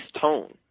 tone